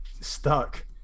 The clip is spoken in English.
stuck